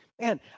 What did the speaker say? Man